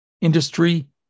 industry